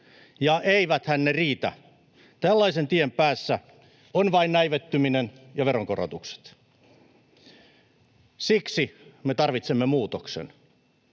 ja eiväthän ne riitä. Tällaisen tien päässä on vain näivettyminen ja veronkorotukset. Siksi me tarvitsemme muutoksen.